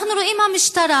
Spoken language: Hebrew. אנחנו רואים מהמשטרה,